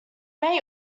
may